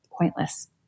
pointless